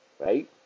right